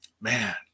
man